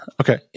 Okay